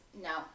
no